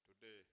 today